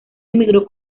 emigró